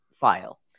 file